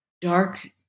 dark